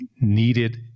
needed